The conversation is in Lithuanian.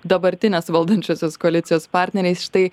dabartinės valdančiosios koalicijos partneriais štai